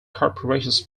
corporations